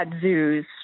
zoos